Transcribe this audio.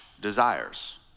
desires